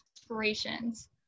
Inspirations